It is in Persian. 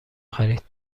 خرید